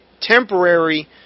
temporary